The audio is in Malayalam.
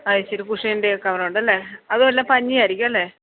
അതു ശരി കുഷ്യൻ്റെ കവറുണ്ടല്ലേ അത് നല്ല പഞ്ഞിയായിരിക്കും അല്ലേ